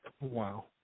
Wow